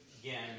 again